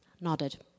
nodded